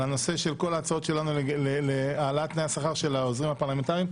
הנושא של כל ההצעות שלנו להעלאת תנאי השכר של העוזרים הפרלמנטריים.